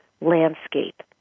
landscape